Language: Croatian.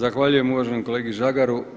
Zahvaljujem uvaženom kolegi Žagaru.